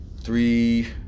three